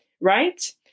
right